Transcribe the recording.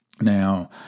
Now